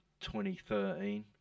2013